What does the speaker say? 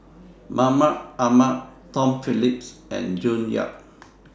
Mahmud Ahmad Tom Phillips and June Yap